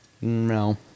No